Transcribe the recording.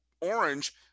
orange